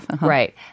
right